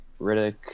Riddick